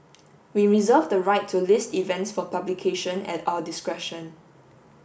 we reserve the right to list events for publication at our discretion